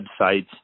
websites